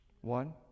One